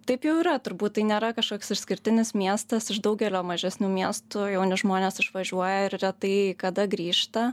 taip jau yra turbūt tai nėra kažkoks išskirtinis miestas iš daugelio mažesnių miestų jauni žmonės išvažiuoja ir retai kada grįžta